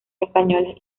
españoles